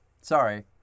sorry